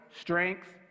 strength